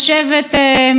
שהרוב בחר בנו,